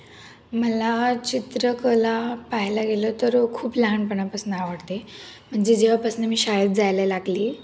मला चित्रकला पाहायला गेलं तर खूप लहानपणापासून आवडते म्हणजे जेव्हापासून मी शाळेत जायला लागली